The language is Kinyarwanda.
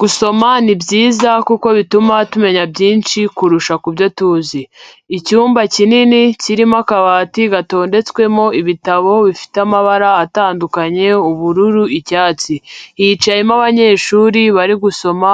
Gusoma ni byiza kuko bituma tumenya byinshi kurusha kubyo tuzi. Icyumba kinini kirimo akabati gatondetswemo ibitabo bifite amabara atandukanye, ubururu, icyatsi, hicayemo abanyeshuri bari gusoma,